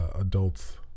adults